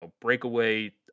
breakaway